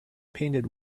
painted